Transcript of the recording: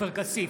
עופר כסיף,